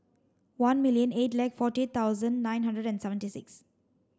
one million eight lakh forty eight thousand nine hundred and seventy six